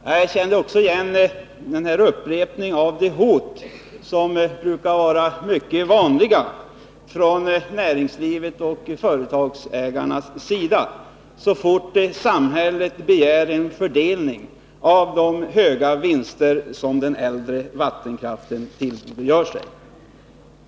Jag kände också igen upprepningen av de hot som brukar vara mycket vanliga från näringslivets och företagsägarnas sida, så fort samhället begär en fördelning av de höga vinster som de äldre vattenkraftverken tillgodogör sig.